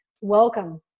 Welcome